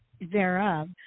thereof